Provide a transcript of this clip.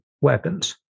weapons